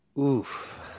Oof